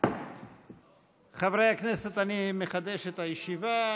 חברי הכנסת, אני מחדש את הישיבה.